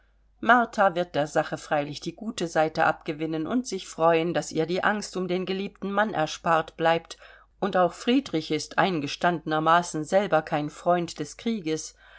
martha wird der sache freilich die gute seite abgewinnen und sich freuen daß ihr die angst um den geliebten mann erspart bleibt und auch friedrich ist eingestandenermaßen selber kein freund des krieges